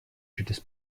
через